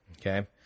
Okay